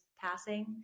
passing